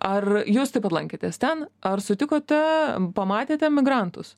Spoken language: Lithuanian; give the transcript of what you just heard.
ar jūs taip pat lankėtės ten ar sutikote pamatėte migrantus